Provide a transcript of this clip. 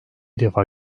defa